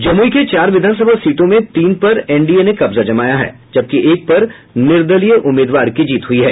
जमुई के चार विधानसभा सीटों में तीन पर एनडीए ने कब्जा जमाया है जबकि एक पर निर्दलीय की जीत हुई है